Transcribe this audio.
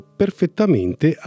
perfettamente